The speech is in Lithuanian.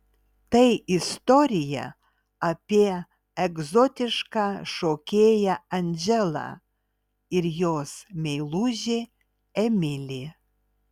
tai istorija apie egzotišką šokėją andželą ir jos meilužį emilį